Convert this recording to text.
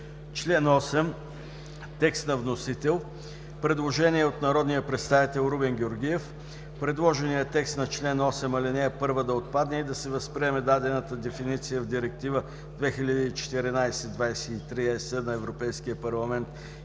Член 8 – текст на вносител. Предложение от народния представител Румен Георгиев: „Предложеният текст на чл. 8, ал. 1 да отпадне и да се възприеме дадената дефиниция в Директива 2014/23/ЕС на Европейския парламент